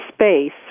space